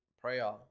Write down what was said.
Prayer